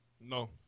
No